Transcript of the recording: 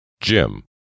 Jim